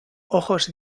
ojos